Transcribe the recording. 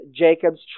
Jacob's